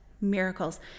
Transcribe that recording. miracles